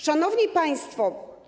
Szanowni Państwo!